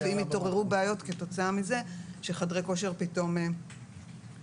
אם יתעוררו בעיות כתוצאה מזה שחדרי כושר פתאום ייסגרו.